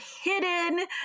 hidden